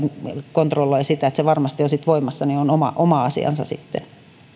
kontrollointi että se varmasti on voimassa on oma oma asiansa sitten